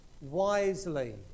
wisely